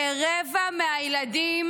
כרבע מהילדים